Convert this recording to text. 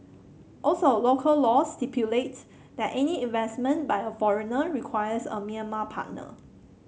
also local laws stipulate that any investment by a foreigner requires a Myanmar partner